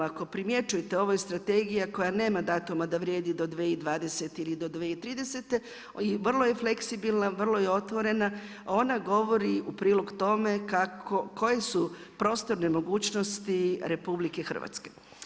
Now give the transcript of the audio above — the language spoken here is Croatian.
Ako primjećujete, ovo je strategija koja nema datuma da vrijedi do 2020. ili do 2030., vrlo je fleksibilna, vrlo je otvorena, ona govori u prilog tome koje su prostorne mogućnosti RH.